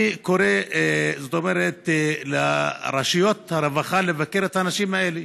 אני קורא לרשויות הרווחה לבקר את האנשים האלה,